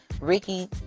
Ricky